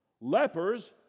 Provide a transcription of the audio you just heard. lepers